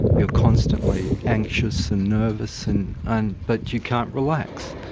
you're constantly anxious and nervous and and but you can't relax.